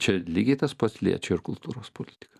čia lygiai tas pats liečia ir kultūros politiką